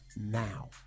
now